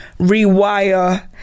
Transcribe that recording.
rewire